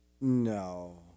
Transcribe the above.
No